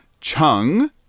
Chung